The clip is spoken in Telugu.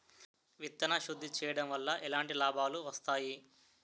విత్తన శుద్ధి చేయడం వల్ల ఎలాంటి లాభాలు వస్తాయి?